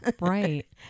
Right